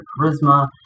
charisma